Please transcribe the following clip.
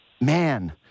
man